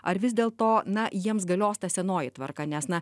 ar vis dėlto na jiems galios ta senoji tvarka nes na